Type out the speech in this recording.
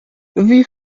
wie